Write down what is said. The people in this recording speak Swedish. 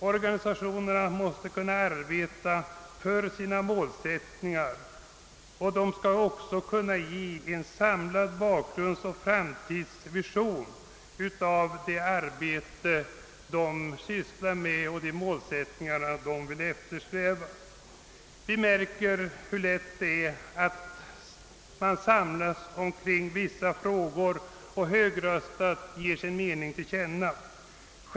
"Organisationerna måste kunna arbeta för sina målsättningar, och de skall också kunna ge en samlad bakgrund och framtidsvision av det arbete de sysslar med och de målsättningar de vill eftersträva. Vi märker hur man ibland samlas kring vissa frågor och högröstat ger sin mening till känna.